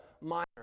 Minor